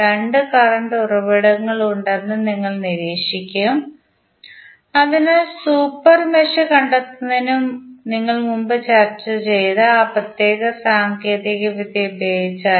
രണ്ട് കറന്റ് ഉറവിടങ്ങളുണ്ടെന്ന് നിങ്ങൾ നിരീക്ഷിക്കും അതിനാൽ സൂപ്പർ മെഷ് കണ്ടെത്തുന്നതിന് നിങ്ങൾ മുമ്പ് ചർച്ച ആ പ്രത്യേക സാങ്കേതികവിദ്യ പ്രയോഗിച്ചാൽ